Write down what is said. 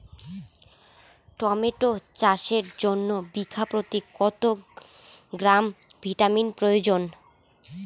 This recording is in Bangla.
টমেটো চাষের জন্য বিঘা প্রতি কত গ্রাম ভিটামিন প্রয়োজন?